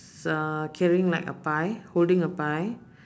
s~ a carrying like a pie holding a pie